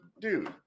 dude